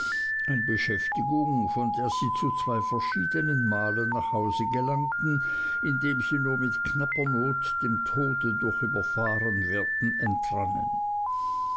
eine beschäftigung von der sie zu zwei verschiedenen malen nach hause gelangten indem sie nur mit knapper not dem tode durch überfahrenwerden entrannen